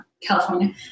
California